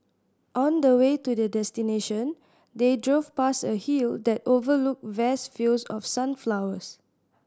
on the way to their destination they drove past a hill that overlooked vast fields of sunflowers